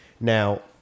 Now